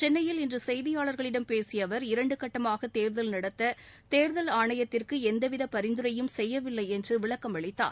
சென்னையில் இன்று செய்தியாளர்களிடம் பேசிய அவர் இரண்டு கட்டமாக தேர்தல் நடத்த தேர்தல் ஆணையத்திற்கு எந்தவித பரிந்துரையும் செய்யவில்லை என்று விளக்கம் அளித்தார்